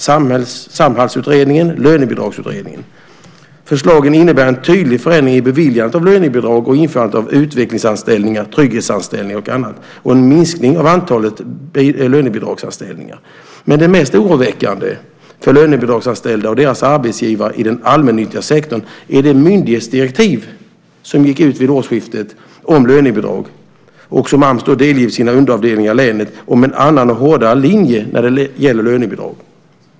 Det gäller Samhallsutredningen och Lönebidragsutredningen. Förslagen innebär en tydlig förändring i beviljandet av lönebidrag och införandet av utvecklingsanställningar, trygghetsanställningar och annat och en minskning av antalet lönebidragsanställningar. Det mest oroväckande för lönebidragsanställda och deras arbetsgivare i den allmännyttiga sektorn är det myndighetsdirektiv som gick ut vid årsskiftet om lönebidrag och som Ams delgivit sina underavdelningar i länet om en annan och hårdare linje när det gäller lönebidrag.